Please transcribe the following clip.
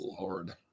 Lord